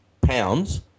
pounds